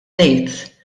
ngħid